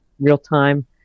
real-time